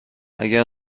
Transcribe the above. اگر